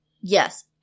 Yes